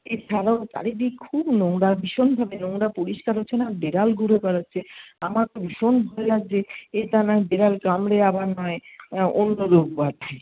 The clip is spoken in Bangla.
এছাড়াও চারিদিক খুব নোংরা ভীষণভাবে নোংরা পরিষ্কার হচ্ছে না বিড়াল ঘুরে বেড়াচ্ছে আমার তো ভীষণ ভয় লাগছে এইটা নয় বিড়াল কামড়ে আবার নয় অন্য রোগ বাঁধে